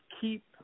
keep